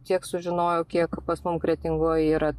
tiek sužinojau kiek pas mum kretingoj yra